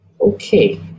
Okay